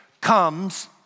comes